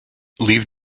leave